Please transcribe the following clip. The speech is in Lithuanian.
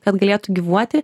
kad galėtų gyvuoti